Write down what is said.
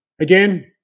again